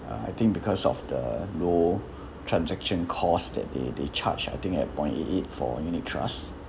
uh I think because of the low transaction cost that they they charge I think at point eight eight for unit trust